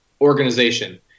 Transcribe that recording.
organization